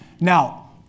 Now